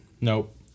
nope